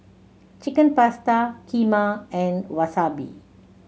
Chicken Pasta Kheema and Wasabi